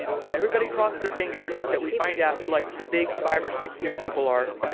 so, everybody cross their fingers that we find out who like the big five or fix new people are.